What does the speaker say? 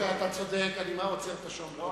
אתה צודק, אני מייד עוצר את השעון.